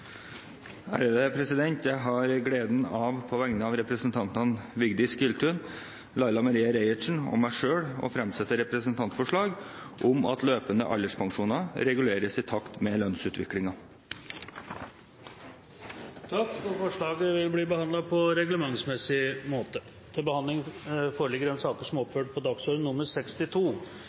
Jeg har på vegne av representantene Vigdis Giltun, Laila Marie Reiertsen og meg selv gleden av å fremsette representantforslag om at løpende alderspensjoner reguleres i takt med lønnsutviklingen. Forslaget vil bli behandlet på reglementsmessig måte. Stortinget mottok mandag meddelelse fra Statsministerens kontor om at statsminister Jens Stoltenberg vil møte til muntlig spørretime. Statsministeren er